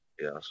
Yes